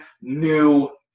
new